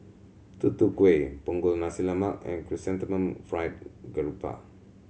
Tutu Kueh Punggol Nasi Lemak and Chrysanthemum Fried Garoupa